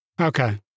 Okay